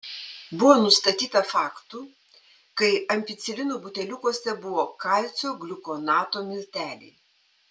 buvo nustatyta faktų kai ampicilino buteliukuose buvo kalcio gliukonato milteliai